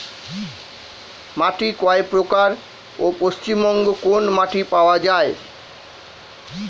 মাটি কয় প্রকার ও পশ্চিমবঙ্গ কোন মাটি পাওয়া য়ায়?